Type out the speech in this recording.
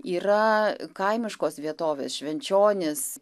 yra kaimiškos vietovės švenčionys